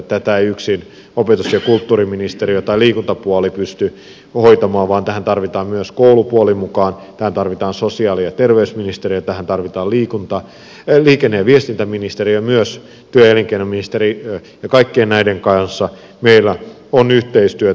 tätä ei yksin opetus ja kulttuuriministeriö tai liikuntapuoli pysty hoitamaan vaan tähän tarvitaan myös koulupuoli mukaan tähän tarvitaan sosiaali ja terveysministeriö tähän tarvitaan liikenne ja viestintäministeriö ja myös työ ja elinkeinoministeriö ja kaikkien näiden kanssa meillä on yhteistyötä